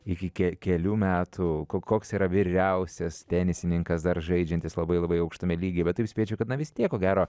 iki ke kelių metų koks yra vyriausias tenisininkas dar žaidžiantis labai labai aukštame lygyje bet taip spėčiau kad na vis tie ko gero